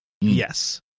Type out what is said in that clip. Yes